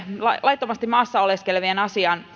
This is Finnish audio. laittomasti maassa oleskelevien asiasta